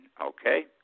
Okay